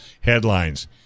headlines